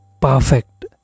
perfect